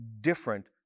different